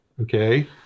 okay